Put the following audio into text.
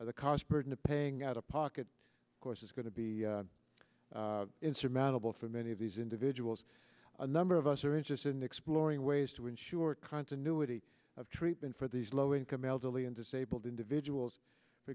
need the cost burden of paying out of pocket course is going to be insurmountable for many of these individuals a number of us are interested in exploring ways to ensure continuity of treatment for these low income elderly and disabled individuals for